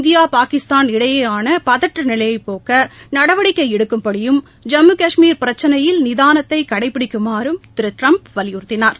India Pakistan இடையேயானபதற்றநிலையபோக்கநடவடிக்கைஎடுக்கும்படியும் ஜம்மு கஷ்மீர் பிரச்சினையில் நிதானத்தைகடைபிடிக்குமாறும் திருட்டிரம்ப் வலியுறுத்தினார்